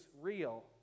real